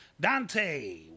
Dante